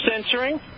censoring